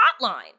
hotline